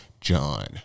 john